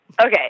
Okay